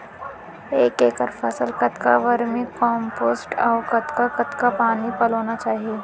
एक एकड़ फसल कतका वर्मीकम्पोस्ट अऊ कतका कतका पानी पलोना चाही?